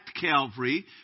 Calvary